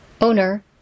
Owner